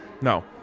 No